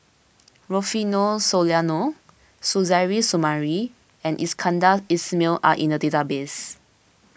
Rufino Soliano Suzairhe Sumari and Iskandar Ismail are in the database